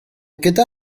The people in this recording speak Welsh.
gyda